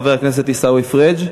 חבר הכנסת עיסאווי פריג'.